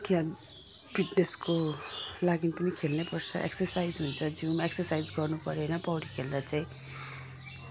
के फिटनेसको लागि पनि खेल्नै पर्छ एक्सर्साइज हुन्छ जिउमा एक्सर्साइज गर्नु परेन पौडी खेल्दा चाहिँ